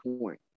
point